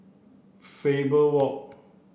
Faber Walk